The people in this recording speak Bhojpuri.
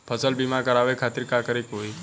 फसल बीमा करवाए खातिर का करे के होई?